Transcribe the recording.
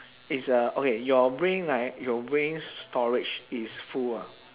is uh okay your brain right your brain storage is full ah